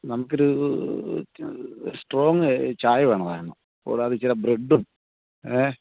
നമുക്കൊരു സ്ട്രോങ് ചായ വേണമായിരുന്നു പോരാതെ ഇച്ചിരി ബ്രഡും ഏ